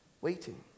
Waiting